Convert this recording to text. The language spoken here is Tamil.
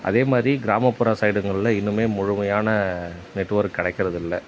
அதேமாதிரி கிராமப்புற சைடுங்களில் இன்னுமே முழுமையான நெட் ஒர்க் கிடைக்கிறதில்ல